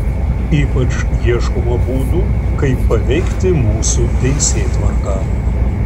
ypač ieškoma būdų kaip paveikti mūsų teisėtvarką